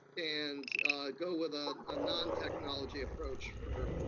and go with um a non-technology approach for,